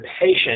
patient